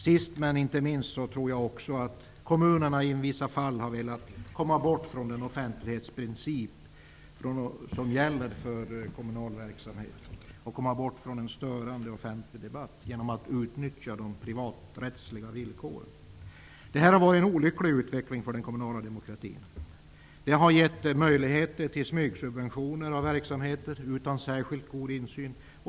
Sist men inte minst verkar kommunerna i vissa fall vilja komma ifrån den offentlighetsprincip som gäller för kommunal verksamhet och den störande offentliga debatten genom att utnyttja de privaträttsliga villkoren. Det här har varit en olycklig utveckling för den kommunala demokratin. Den har gett möjligheter till smygsubventioner av verksamheter utan särskilt god insyn.